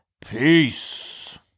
Peace